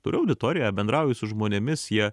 turiu auditoriją bendrauju su žmonėmis jie